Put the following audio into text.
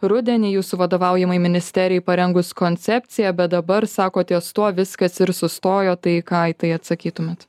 rudenį jūsų vadovaujamai ministerijai parengus koncepciją bet dabar sako ties tuo viskas ir sustojo tai ką į tai atsakytumėt